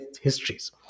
histories